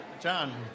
John